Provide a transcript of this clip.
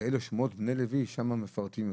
ואלה שמות בני לוי, שם מפרטים יותר.